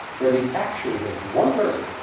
where the actions of one person